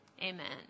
amen